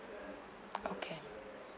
okay